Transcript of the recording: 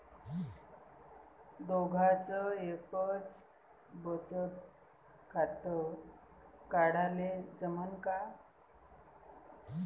दोघाच एकच बचत खातं काढाले जमनं का?